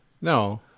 No